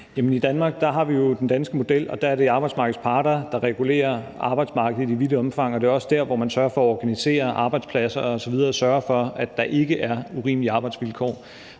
i Danmark har vi jo den danske model, og der er det arbejdsmarkedets parter, der regulerer arbejdsmarkedet, i vidt omfang, og det er også der, hvor man sørger for at organisere arbejdspladserne osv. og sørger for, at der ikke er urimelige arbejdsvilkår.